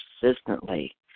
persistently